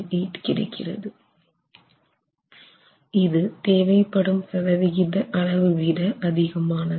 078 கிடைக்கிறது இது தேவை படும் 7 சதவிகித அளவு விட அதிகம் ஆனது